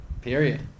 Period